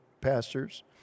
pastors